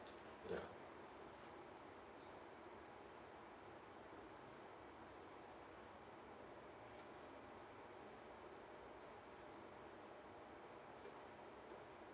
yeah